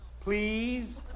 Please